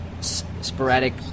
sporadic